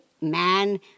man